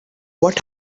what